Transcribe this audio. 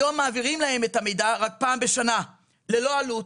היום מעבירים להם את המידע רק פעם בשנה, ללא עלות.